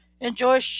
enjoy